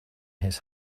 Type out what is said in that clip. his